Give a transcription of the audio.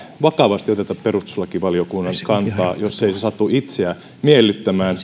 vakavasti oteta perustuslakivaliokunnan kantaa jos ei se satu itseä miellyttämään